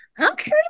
okay